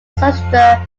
schuster